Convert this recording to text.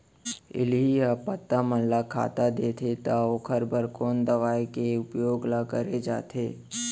इल्ली ह पत्ता मन ला खाता देथे त ओखर बर कोन दवई के उपयोग ल करे जाथे?